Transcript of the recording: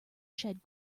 shed